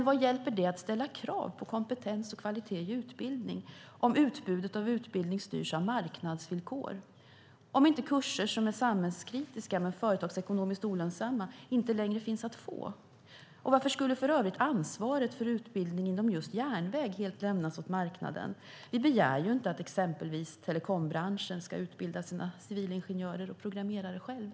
Vad hjälper det att ställa krav på kompetens och kvalitet i utbildning om utbudet av utbildning styrs av marknadsvillkor, om kurser som är samhällskritiska men företagsekonomiskt olönsamma inte längre finns att få? Varför skulle för övrigt ansvaret för utbildning inom just järnväg helt lämnas åt marknaden? Vi begär inte att exempelvis telekombranschen ska utbilda sina civilingenjörer och programmerare själva.